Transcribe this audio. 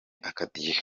akadiho